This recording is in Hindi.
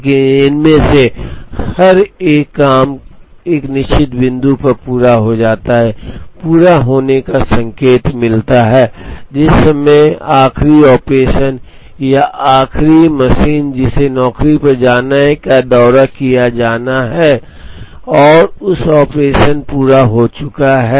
लेकिन इनमें से हर एक काम एक निश्चित बिंदु पर पूरा हो जाता है पूरा होने का संकेत मिलता है जिस समय आखिरी ऑपरेशन या आखिरी मशीन जिसे नौकरी पर जाना है का दौरा किया गया है और उस पर ऑपरेशन पूरा हो चुका है